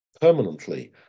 permanently